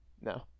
no